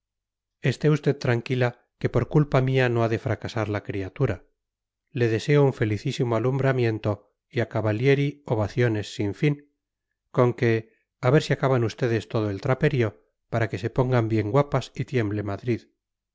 esté usted tranquila que por culpa mía no ha de fracasar la criatura le deseo un felicísimo alumbramiento y a cavallieri ovaciones sin fin con que a ver si acaban ustedes todo el traperío para que se pongan bien guapas y tiemble madrid